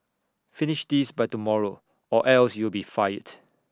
finish this by tomorrow or else you'll be fired